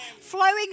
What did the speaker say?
flowing